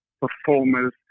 performers